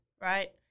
right